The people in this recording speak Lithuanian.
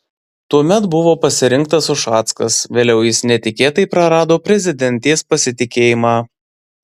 tuomet buvo pasirinktas ušackas vėliau jis netikėtai prarado prezidentės pasitikėjimą